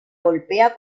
golpea